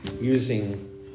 using